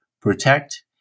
protect